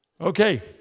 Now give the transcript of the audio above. Okay